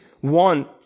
one